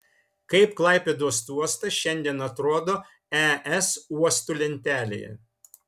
kaip klaipėdos uostas šiandien atrodo es uostų lentelėje